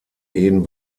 ehen